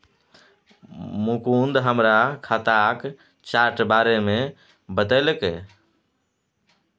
मुकुंद हमरा खाताक चार्ट बारे मे बतेलक